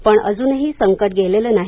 पण अजूनही संकट गेले नाही